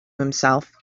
himself